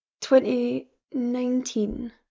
2019